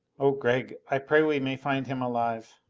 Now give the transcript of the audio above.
oh, gregg, i pray we may find him alive!